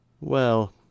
Well